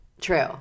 True